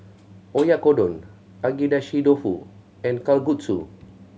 Oyakodon Agedashi Dofu and Kalguksu